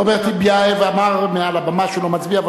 רוברט טיבייב אמר מעל הבמה שהוא לא מצביע,